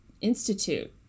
institute